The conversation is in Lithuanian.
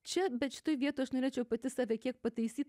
čia bet šitoj vietoj aš norėčiau pati save kiek pataisyt